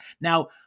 Now